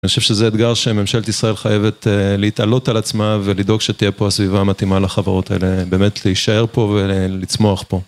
אני חושב שזה אתגר שממשלת ישראל חייבת להתעלות על עצמה ולדאוג שתהיה פה הסביבה המתאימה לחברות האלה, באמת להישאר פה ולצמוח פה.